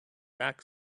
back